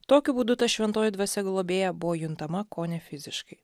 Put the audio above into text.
tokiu būdu ta šventoji dvasia globėja buvo juntama kone fiziškai